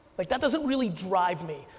like that doesn't really drive me.